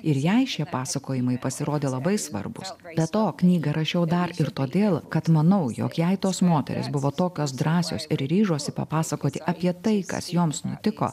ir jai šie pasakojimai pasirodė labai svarbūs be to knygą rašiau dar ir todėl kad manau jog jei tos moterys buvo tokios drąsios ir ryžosi papasakoti apie tai kas joms nutiko